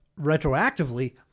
retroactively